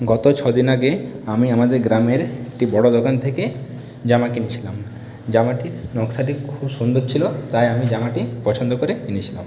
গত ছদিন আগে আমি আমাদের গ্রামের একটি বড়ো দোকান থেকে জামা কিনেছিলাম জামাটির নকশাটি খুব সুন্দর ছিল তাই আমি জামাটি পছন্দ করে কিনেছিলাম